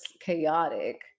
chaotic